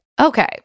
Okay